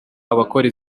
abakora